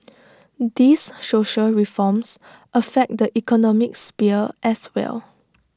these social reforms affect the economic sphere as well